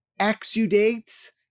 exudates